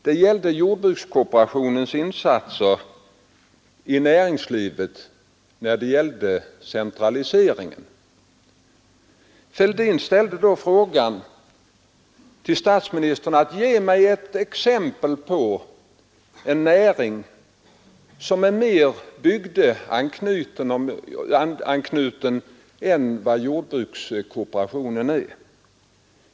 Det gällde jordbruks kooperationens insatser i näringslivet beträffande centraliseringen. Herr Fälldin bad statsministern att ge ett exempel på en näring, som är mer bygdeanknuten än jordbrukskooperationen.